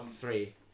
Three